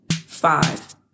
Five